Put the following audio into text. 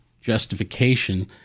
justification